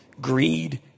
greed